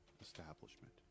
establishment